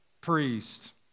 priest